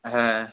হ্যাঁ